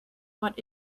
what